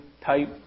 type